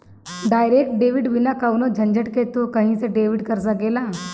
direct debit बिना कवनो झंझट के तू कही से डेबिट कर सकेला